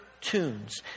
tunes